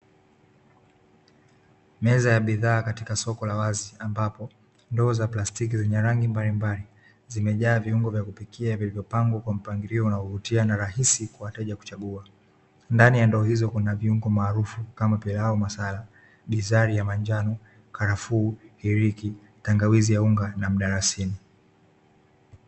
Meza ya bidhaa katika soko la wazi ambapo ndoo za plastiki zenye rangi mbalimbali zimejaa viungo vya kupikia, vilivyopangwa kwa mpangilio unavutiwa na rahisi kwa mteja kuchagua ndani ya ndoo hizo kuna viungo maarufu kama: pilau masala, binzari ya manjano, karafuu, hiriki, tangawizi ya unga na mdalasini.